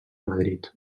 madrid